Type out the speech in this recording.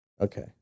Okay